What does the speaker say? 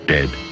Dead